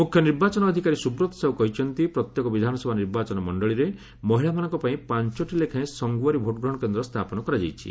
ମୁଖ୍ୟ ନିର୍ବାଚନ ଅଧିକାରୀ ସୁବ୍ରତ ସାହୁ କହିଛନ୍ତି ପ୍ରତ୍ୟେକ ବିଧାନସଭା ନିର୍ବାଚନ ମୁଖଳିରେ ମହିଳାମାନଙ୍କପାଇଁ ପାଞ୍ଚଟି ଲେଖାଏଁ ସଙ୍ଗୱାରୀ ଭୋଟଗ୍ରହଣ କେନ୍ଦ୍ର ସ୍ଥାପନ କରାଯାଇଛି